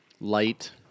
Light